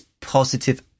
positive